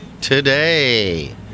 today